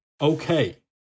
okay